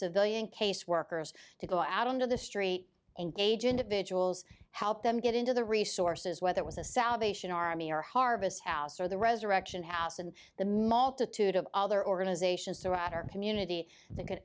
civilian caseworkers to go out into the street and gauge individuals help them get into the resources whether it was the salvation army or harvest house or the resurrection house and the multitude of other organizations throughout our community that could